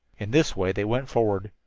in this way they went forward,